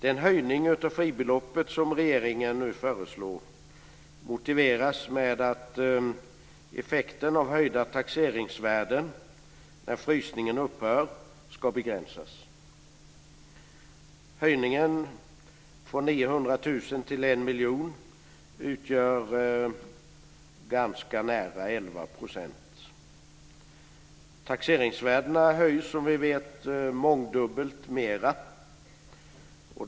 Den höjning av fribeloppet som regeringen nu föreslår motiveras med att effekten av höjda taxeringsvärden, när frysningen upphör, ska begränsas. Höjningen från 900 000 kr till 1 miljon utgör ganska nära Taxeringsvärdena höjs, som vi vet, mångdubbelt mera.